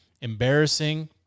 Embarrassing